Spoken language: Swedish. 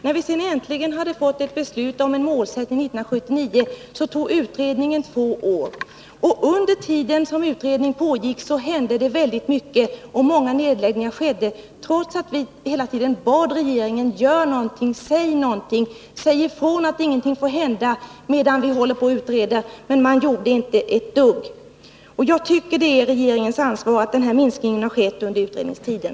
När vi 1979 äntligen fick ett beslut om en målsättning, så arbetade utredningen i två år. Under tiden som utredningen pågick uppstod många problem och många glasbruk lades ner, trots att vi hela tiden vädjade till regeringen och sade: Gör någonting! Säg någonting! Säg ifrån att ingenting får hända medan vi håller på och utreder ärendet! Men regeringen gjorde inte ett dugg. Jag tycker därför att det är regeringen som bär ansvaret för den nedgång som skett under utredningstiden.